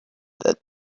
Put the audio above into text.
that